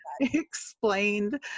explained